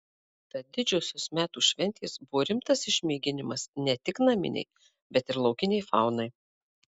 tad didžiosios metų šventės buvo rimtas išmėginimas ne tik naminei bet ir laukinei faunai